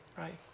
right